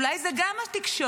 אולי זאת גם התקשורת.